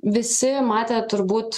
visi matė turbūt